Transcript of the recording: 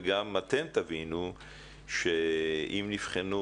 וגם אתם תבינו שאם יבחנו